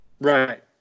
Right